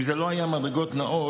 אם אלו לא היו מדרגות נעות,